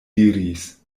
diris